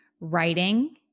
writing